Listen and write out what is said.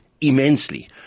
immensely